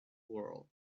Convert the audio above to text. world